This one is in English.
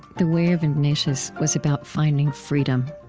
the way of ignatius was about finding freedom.